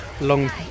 long